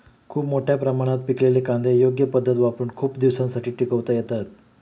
खूप मोठ्या प्रमाणात पिकलेले कांदे योग्य पद्धत वापरुन खूप दिवसांसाठी टिकवता येतात